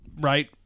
Right